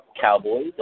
Cowboys